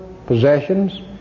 possessions